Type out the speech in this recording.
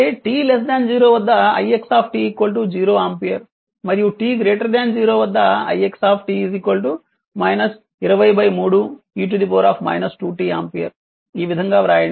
అంటే t 0 వద్ద ix 0 ampere మరియు t 0 వద్ద ix 203 e 2 t ఆంపియర్ ఈ విధంగా రాయండి